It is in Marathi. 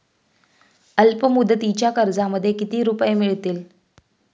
अल्पमुदतीच्या कर्जामध्ये किती रुपये मिळतील?